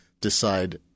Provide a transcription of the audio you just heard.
decide